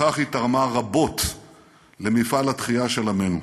בכך היא תרמה רבות למפעל התחייה של עמנו.